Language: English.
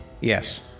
Yes